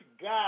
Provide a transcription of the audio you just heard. God